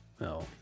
No